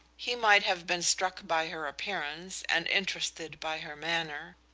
he might have been struck by her appearance and interested by her manner.